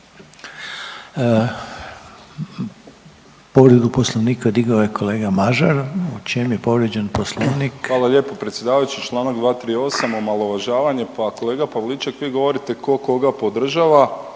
Povredu Poslovnika digao je kolega Mažar. U čemu je povrijeđen Poslovnik? **Mažar, Nikola (HDZ)** Hvala lijepo predsjedavajući. Čl. 238. omalovažavanje, pa kolega Pavliček vi govorite ko koga podržava,